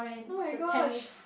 oh my gosh